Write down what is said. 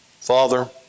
Father